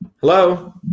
Hello